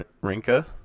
Rinka